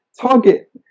target